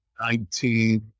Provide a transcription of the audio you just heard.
Nineteen